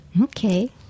Okay